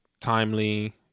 timely